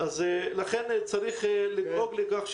תודה לך,